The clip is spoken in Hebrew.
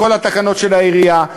בכל התקנות של העירייה,